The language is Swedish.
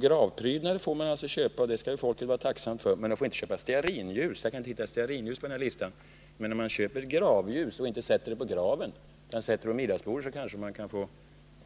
Gravprydnader får man alltså köpa — och det skall folket naturligtvis vara tacksamt för — men man får däremot inte köpa stearinljus — jag kan inte se ordet stearinljus på den här listan. Men om man då köper gravljus och inte sätter dem på graven, utan placerar dem på middagsbordet, så kanske man kan ha någon